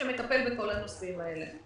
שמטפל בכל הנושאים האלה.